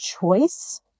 choice